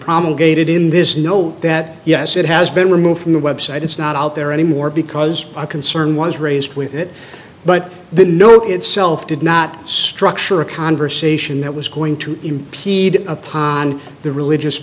promulgated in this know that yes it has been removed from the website it's not out there anymore because a concern was raised with it but the no itself did not structure a conversation that was going to impede upon the religious